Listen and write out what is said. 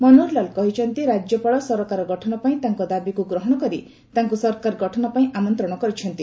ମନୋହର ଲାଲ କହିଛନ୍ତି ରାଜ୍ୟପାଳ ସରକାର ଗଠନ ପାଇଁ ତାଙ୍କ ଦାବିକୁ ଗ୍ରହଣ କରି ତାଙ୍କୁ ସରକାର ଗଠନ ପାଇଁ ଆମନ୍ତ୍ରଣ କରିଛନ୍ତି